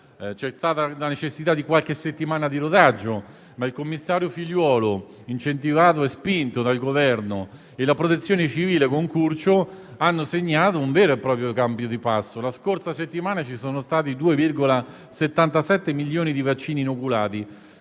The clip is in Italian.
È stata necessaria qualche settimana di rodaggio, ma il commissario Figliuolo, incentivato e spinto dal Governo, e la Protezione civile, guidata da Curcio, hanno segnato un vero e proprio cambio di passo. La scorsa settimana sono stati inoculati 2,77 milioni di vaccini, quindi